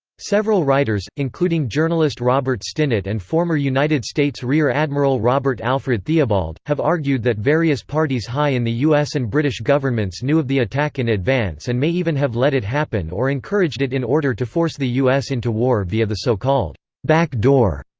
several writers, including journalist robert stinnett and former united states rear admiral robert alfred theobald, have argued that various parties high in the u s. and british governments knew of the attack in advance and may even have let it happen or encouraged it in order to force the u s. into war via the so-called back door.